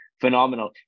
phenomenal